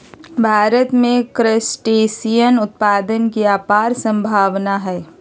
भारत में क्रस्टेशियन उत्पादन के अपार सम्भावनाएँ हई